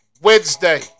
Wednesday